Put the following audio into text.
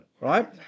right